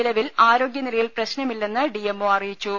നിലവിൽ ആരോഗ്യനിലയിൽ പ്രശ്നമില്ലന്ന് ഡി എം ഒ അറിയിച്ചു